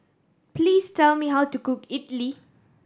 please tell me how to cook Idili